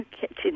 kitchen